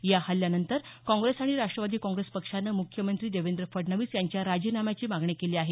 या हल्ल्यानंतर काँग्रेस आणि राष्ट्रवादी काँग्रेस पक्षानं मुख्यमंत्री देवेन्द्र फडणवीस यांच्या राजीनाम्याची मागणी केली आहे